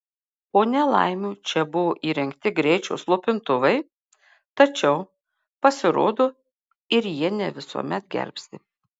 po nelaimių čia buvo įrengti greičio slopintuvai tačiau pasirodo ir jie ne visuomet gelbsti